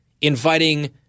inviting